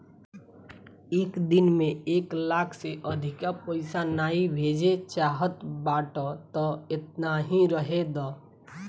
एक दिन में एक लाख से अधिका पईसा नाइ भेजे चाहत बाटअ तअ एतना ही रहे दअ